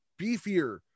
beefier